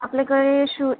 आपल्याकडे शू